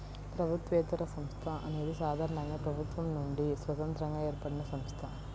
ప్రభుత్వేతర సంస్థ అనేది సాధారణంగా ప్రభుత్వం నుండి స్వతంత్రంగా ఏర్పడినసంస్థ